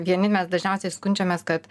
vieni mes dažniausiai skundžiamės kad